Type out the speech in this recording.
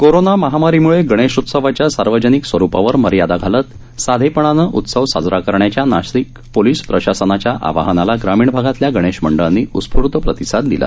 corona महामारीमुळे गणेशोत्सवाच्या सार्वजनिक स्वरूपावर मर्यादा घालत साधेपणानं उत्सव साजरा करण्याच्या नाशिक पोलीस प्रशासनाच्या आवाहनाला ग्रामीण भागातल्या गणेश मंडळांनी उत्स्फूर्त प्रतिसाद दिला